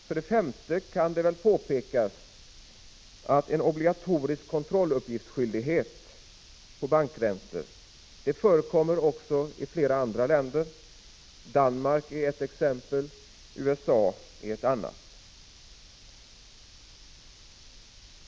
För det femte kan det också påpekas att en obligatorisk kontrolluppgiftsskyldighet beträffande bankräntor förekommer i flera andra länder, bl.a. i Danmark och USA.